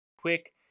Quick